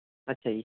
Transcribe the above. ਅੱਛਾ ਜੀ